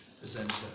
presenter